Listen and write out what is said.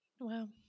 Wow